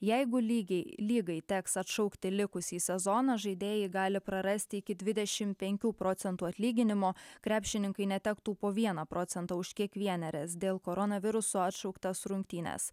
jeigu lygiai lygai teks atšaukti likusį sezoną žaidėjai gali prarasti iki dvidešimt penkių procentų atlyginimo krepšininkai netektų po vieną procentą už kiek vienerias dėl koronaviruso atšauktas rungtynes